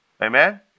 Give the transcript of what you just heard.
Amen